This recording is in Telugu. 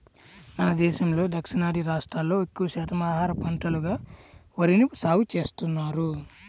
మన దేశంలో దక్షిణాది రాష్ట్రాల్లో ఎక్కువ శాతం ఆహార పంటగా వరిని సాగుచేస్తున్నారు